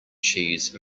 cheese